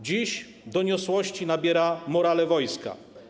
Dziś doniosłości nabiera morale wojska.